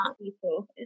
people